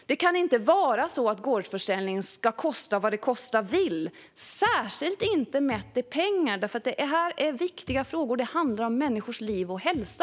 Det kan inte vara så att gårdsförsäljningen ska få kosta vad den kosta vill, särskilt inte mätt i pengar. Detta är viktiga frågor. Det handlar om människors liv och hälsa.